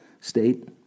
state